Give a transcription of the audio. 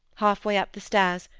half-way up the stairs,